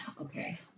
Okay